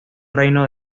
reino